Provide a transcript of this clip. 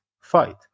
fight